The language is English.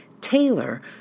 Taylor